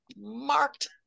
marked